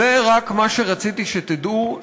זה רק מה שרציתי שתדעו,